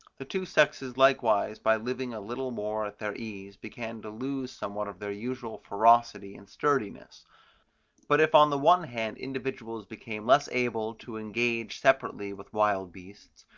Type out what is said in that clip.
the two sexes likewise by living a little more at their ease began to lose somewhat of their usual ferocity and sturdiness but if on the one hand individuals became less able to engage separately with wild beasts,